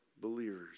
believers